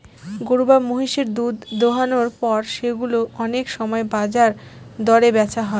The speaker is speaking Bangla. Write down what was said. গরু বা মহিষের দুধ দোহানোর পর সেগুলো অনেক সময় বাজার দরে বেচা হয়